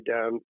down